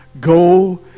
Go